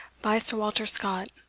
by sir walter scott